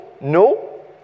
no